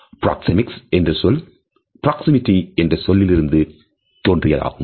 proxemics என்ற சொல் proximity என்ற சொல்லிலிருந்து தோன்றியதாகும்